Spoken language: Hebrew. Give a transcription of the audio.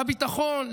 לביטחון,